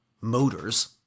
motors